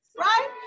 right